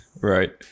Right